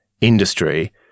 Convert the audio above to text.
industry